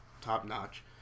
top-notch